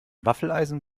waffeleisen